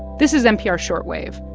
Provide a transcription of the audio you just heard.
this is npr short wave.